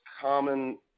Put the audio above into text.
common